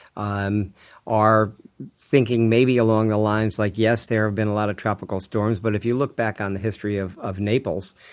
are thinking maybe along the lines, like, yes there have been a lot of tropical storms. but if you look back on the history of of naples,